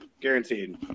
guaranteed